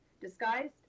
disguised